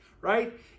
right